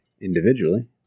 Individually